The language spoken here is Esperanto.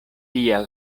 tia